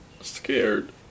scared